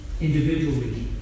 individually